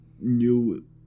new